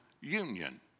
union